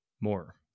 more